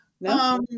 No